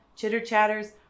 Chitter-chatters